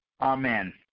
Amen